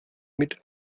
mit